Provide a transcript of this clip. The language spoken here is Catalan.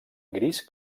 gris